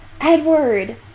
Edward